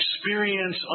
experience